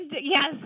Yes